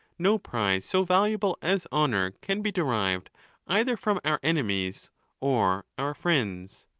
no prize so valuable as honour can be derived either from our enemies or our friends.